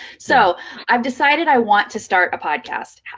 so i've decided i want to start a podcast.